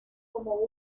como